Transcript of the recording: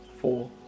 four